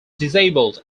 disabled